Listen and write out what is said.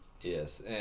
Yes